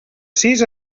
sis